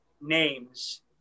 names